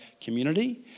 community